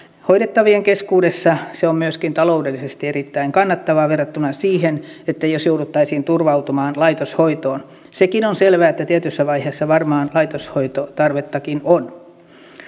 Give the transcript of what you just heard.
hoidettavien keskuudessa se on myöskin taloudellisesti erittäin kannattavaa verrattuna siihen jos jouduttaisiin turvautumaan laitoshoitoon sekin on selvää että tietyssä vaiheessa varmaan laitoshoitotarvettakin on